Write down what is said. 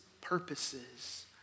purposes